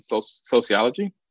sociology